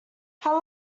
how